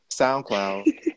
SoundCloud